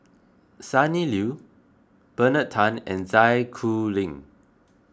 Sonny Liew Bernard Tan and Zai Kuning